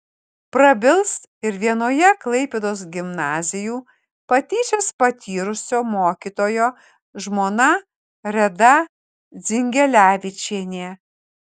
prabils ir vienoje klaipėdos gimnazijų patyčias patyrusio mokytojo žmona reda dzingelevičienė